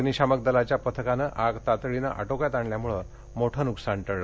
अग्निशामक दलाच्या पथकानं आग तातडीनं आटोक्यात आणल्यामुळे मोठं नुकसान टळलं